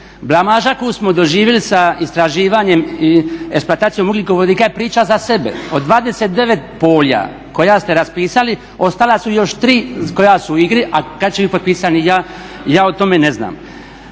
Blamaža koju smo doživjeli sa istraživanjem i eksploatacijom ugljikovodika je priča za sebe. Od 29 polja koja ste raspisali ostala su još 3 koja su u igri a kad će biti potpisani ja o tome ne zna.